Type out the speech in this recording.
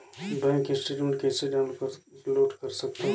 Bank statement कइसे download कर सकथव?